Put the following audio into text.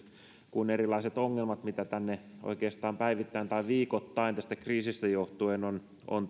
kuin erilaiset ongelmat mitä tänne oikeastaan päivittäin tai viikoittain tästä kriisistä johtuen on on